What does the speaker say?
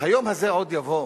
זאת אומרת, היום הזה עוד יבוא,